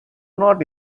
not